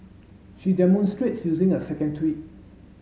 she demonstrates using a second tweet